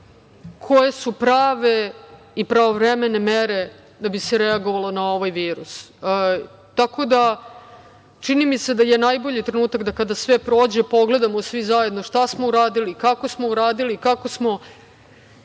koje su prave i pravovremene mere da bi se reagovalo na ovaj virus. Tako da, čini mi se da je najbolji trenutak da kada sve prođe pogledamo svi zajedno šta smo uradili, kako smo uradili, kako smo